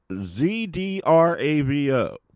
Z-D-R-A-V-O